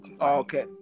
okay